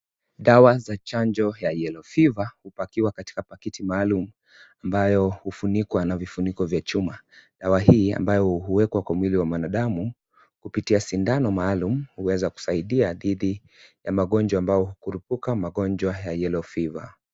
Dawa za chanjo ya yellow fever ,hupakiwa katika pakiti maalum ambayo hufunikwa na vifuniko vya chuma. Dawa hii ambayo huwekwa kwa mwili wa mwanadamu kupitia sindano maalum, huweza kusaidia dhidi ya magonjwa ambao hulipuka magonjwa ya yellow fever .